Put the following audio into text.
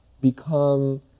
become